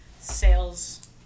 sales